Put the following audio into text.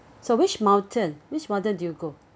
so which mountain which mountain do you go